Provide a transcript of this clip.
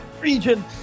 region